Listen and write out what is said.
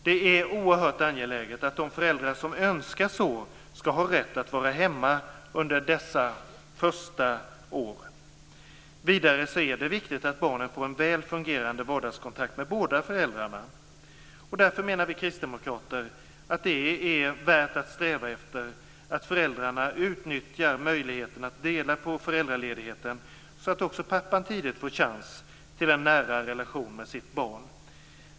Det är oerhört angeläget att de föräldrar som så önskar skall ha rätt att vara hemma under dessa första år. Vidare är det viktigt att barnen får en väl fungerande vardagskontakt med båda föräldrarna. Vi kristdemokrater menar därför att det är eftersträvansvärt att föräldrarna utnyttjar möjligheten att dela på föräldraledigheten, så att också pappan tidigt får en chans till en nära relation med sitt barn.